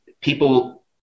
people